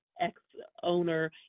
ex-owner